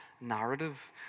narrative